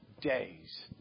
days